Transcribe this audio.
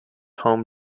home